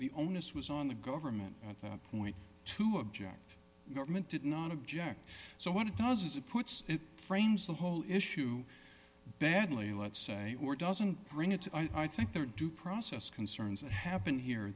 the onus was on the government point to object government did not object so what it does is it puts it frames the whole issue badly let's say or doesn't bring it i think they're due process concerns that happen here